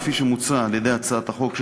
כפי שמוצע בהצעת החוק,